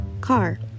Car